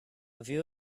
view